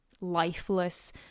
lifeless